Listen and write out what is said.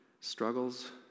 struggles